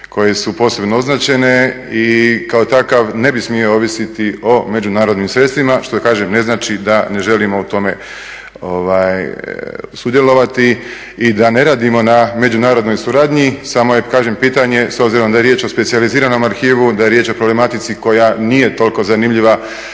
koje su posebno označene i kao takav ne bi smio ovisiti o međunarodnim sredstvima, što kažem ne znači da ne želimo u tome sudjelovati i da ne radimo na međunarodnoj suradnji. Samo je kažem pitanje s obzirom da je riječ o specijaliziranom arhivu, da je riječ o problematici koja nije toliko zanimljiva